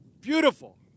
Beautiful